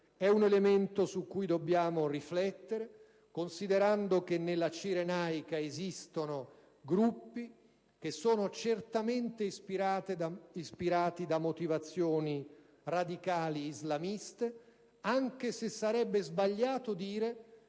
È un elemento su cui dobbiamo riflettere, considerando che nella Cirenaica esistono gruppi che sono certamente ispirati da motivazioni radicali islamiste, anche se sarebbe sbagliato dire